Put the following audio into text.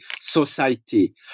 society